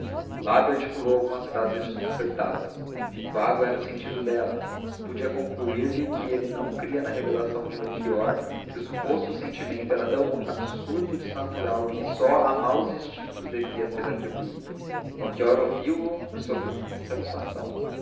o lábio articulou algumas frases desconcertadas vago era o sentido delas podia concluir se que ele não cria na revelação de melchior que o suposto sentimento era tão absurdo e desnatural que só a maus instintos devia ser atribuído melchior ouviu-o sorriu com satisfação